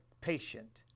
patient